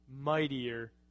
mightier